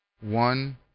one